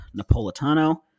Napolitano